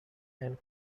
and